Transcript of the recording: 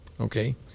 okay